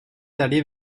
d’aller